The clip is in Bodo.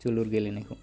जोलुर गेलेनायखौ